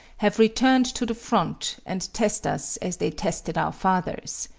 have returned to the front and test us as they tested our fathers.